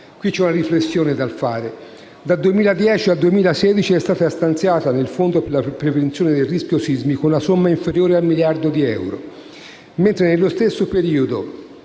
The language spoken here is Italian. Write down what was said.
C'è una riflessione da fare: dal 2010 al 2016 è stata stanziata nel Fondo per la prevenzione del rischio sismico una somma inferiore a un miliardo di euro, mentre nello stesso periodo